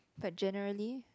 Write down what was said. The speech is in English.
but generally